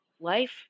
Life